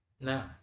Now